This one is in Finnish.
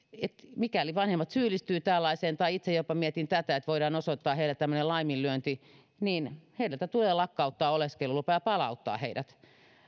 mikäli vanhemmat syyllistyvät tällaiseen tai itse jopa mietin sitä että voidaan osoittaa heiltä tämmöinen laiminlyönti niin heiltä tulee lakkauttaa oleskelulupa ja palauttaa heidät